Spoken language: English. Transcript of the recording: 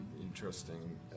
interesting